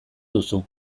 duzu